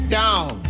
down